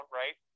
right